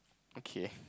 okay